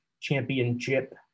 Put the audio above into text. championship